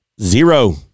zero